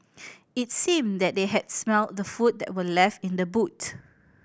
it seemed that they had smelt the food that were left in the boot